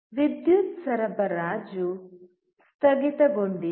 ವಿದ್ಯುತ್ ಸರಬರಾಜು ಸ್ಥಗಿತಗೊಂಡಿದೆ